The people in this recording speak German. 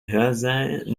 hörsaal